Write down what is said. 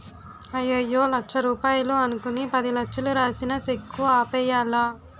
అయ్యయ్యో లచ్చ రూపాయలు అనుకుని పదిలచ్చలు రాసిన సెక్కు ఆపేయ్యాలా